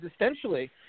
existentially